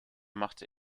machte